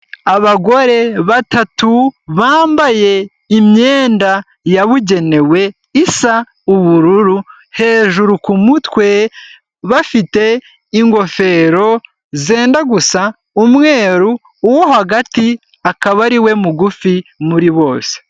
Abagore batatu bambaye imyenda yabugenewe isa ubururu, hejuru ku mutwe bafite ingofero zenda gusa umweru, uwo hagati akaba ariwe mugufi muri bose